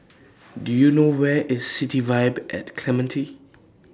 Do YOU know Where IS City Vibe At Clementi